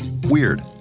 Weird